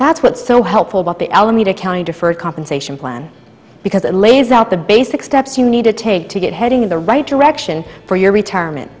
that's what's so helpful but the alameda county deferred compensation plan because it lays out the basic steps you need to take to get heading in the right direction for your retirement